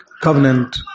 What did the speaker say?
Covenant